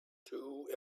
two